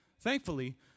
thankfully